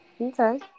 okay